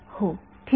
विद्यार्थी सुद्धा